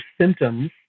symptoms